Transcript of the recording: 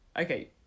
Okay